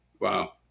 Wow